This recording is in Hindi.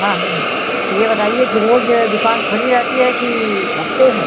हाँ हाँ तो ये बताइए की रोज दुकान खुली रहती है कि हफ्ते में